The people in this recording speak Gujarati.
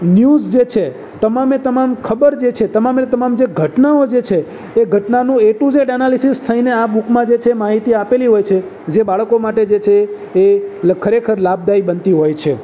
ન્યૂઝ જે છે તમામે તમામ ખબર જે છે તમામે તમામ જે ઘટનાઓ જે છે એ ઘટનાનું એ ટુ ઝેડ એનાલિસિસ થઈને આ બુકમાં જે છે આ બુકમાં માહિતી આપેલી હોય છે જે બાળકો માટે જે છે એ ખરેખર લાભદાયી બનતી હોય છે